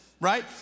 right